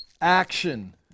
action